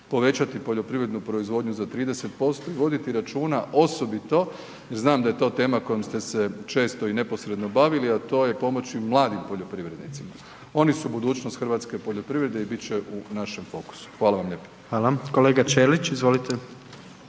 Povećati poljoprivrednu proizvodnju za 30% i voditi računa osobito, znam da je to tema kojom ste se često i neposredno bavili, a to je pomoći mladim poljoprivrednicima. Oni su budućnost hrvatske poljoprivrede i bit će u našem fokusu. Hvala vam lijepo. **Jandroković, Gordan